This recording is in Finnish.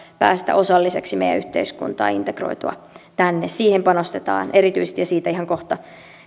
päästä osalliseksi meidän yhteiskuntaan integroitua tänne siihen panostetaan erityisesti ja siitä ihan kohta